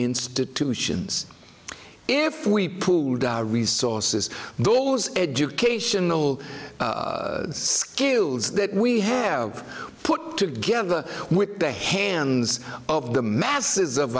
institutions if we pooled our resources those educational skills that we have put together with the hands of the masses of